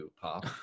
pop